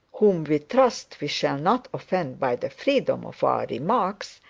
whom we trust we shall not offend by the freedom of our remarks,